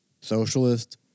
socialist